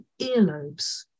earlobes